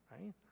right